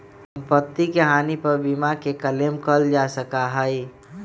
सम्पत्ति के हानि पर बीमा के क्लेम कइल जा सका हई